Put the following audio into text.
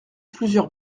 plusieurs